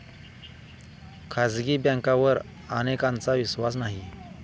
खाजगी बँकांवर अनेकांचा विश्वास नाही